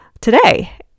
today